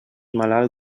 malalt